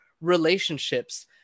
relationships